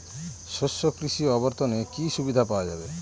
শস্য কৃষি অবর্তনে কি সুবিধা পাওয়া যাবে?